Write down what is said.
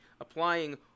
applying